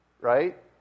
right